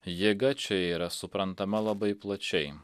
jėga čia yra suprantama labai plačiai